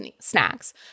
snacks